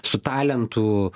su talentu